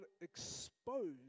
exposed